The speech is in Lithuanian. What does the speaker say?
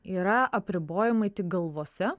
yra apribojimai tik galvose